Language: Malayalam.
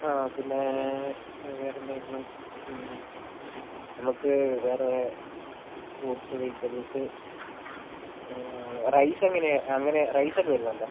ആ പിന്നേ വേറെയെന്തായിരുന്നു നമുക്ക് വേറേ ഫ്രൂട്സ് വെജിറ്റബിൾസ് റൈസ് എങ്ങനെയാണ് അങ്ങനെ റൈസൊക്കെ വരുന്നുണ്ടോ